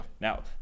Now